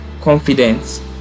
confidence